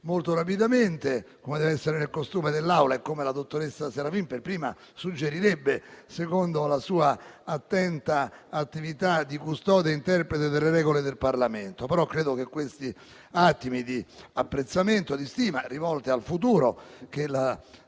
molto rapidamente, come deve essere nel costume dell'Aula e come la dottoressa Serafin per prima suggerirebbe, secondo la sua attenta attività di custode e interprete delle regole del Parlamento. Questi attimi di apprezzamento e di stima sono rivolti al futuro che la